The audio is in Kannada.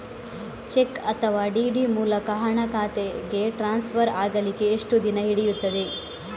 ಚೆಕ್ ಅಥವಾ ಡಿ.ಡಿ ಮೂಲಕ ಹಣ ಖಾತೆಗೆ ಟ್ರಾನ್ಸ್ಫರ್ ಆಗಲಿಕ್ಕೆ ಎಷ್ಟು ದಿನ ಹಿಡಿಯುತ್ತದೆ?